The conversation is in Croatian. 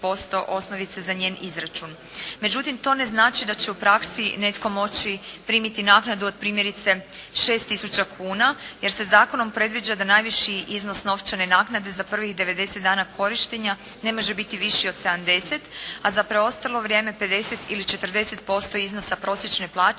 Međutim to ne znači da će u praksi netko moći primiti naknadu od primjerice 6 tisuća kuna, jer se zakonom predviđa da najviši iznos novčane naknade za prvih 90 dana korištenja ne može biti viši od 70, a za preostalo vrijeme 50 ili 40% iznosa prosječne plaće